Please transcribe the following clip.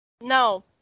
No